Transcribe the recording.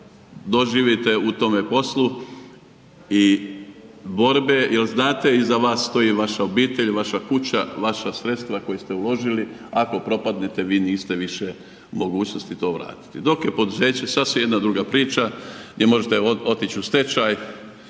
doživite u tome poslu i borbe jel znate iza vas stoji vaša obitelj, vaša kuća, vaša sredstva koja ste uložili ako propadnete vi niste više u mogućnosti to vratiti. Dok je poduzeće sasvim jedna druga priča gdje možete otići u stečaj,